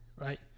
right